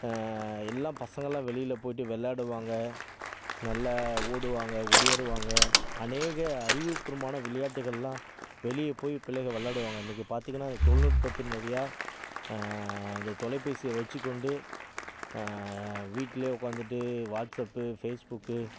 எல்லாம் பசங்கலாம் வெளியில போய்ட்டு விளாடுவாங்க நல்லா ஓடுவாங்க ஒடியாருவாங்க அநேக அறிவுபூர்வமான விளையாட்டுகள்லாம் வெளியே போய் புள்ளைங்க விளாடுவாங்க இன்னைக்கி பார்த்திங்கன்னா இந்த தொழில்நுட்பத்தின் வழியா இந்த தொலைபேசியை வச்சிக் கொண்டு வீட்டிலே உட்காந்துட்டு வாட்ஸப் ஃபேஸ் புக்